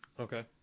Okay